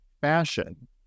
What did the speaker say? fashion